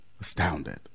astounded